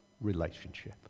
relationship